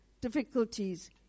difficulties